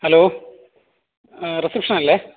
hello reception അല്ലേ